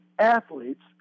Athletes